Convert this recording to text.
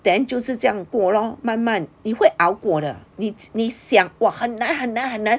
then 就是这样过 lor 慢慢你会熬过的你你想哇很难很难很难